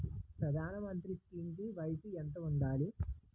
ప్రధాన మంత్రి స్కీమ్స్ కి వయసు ఎంత ఉండాలి?